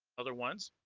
other ones